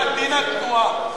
זה נקרא "דין התנועה".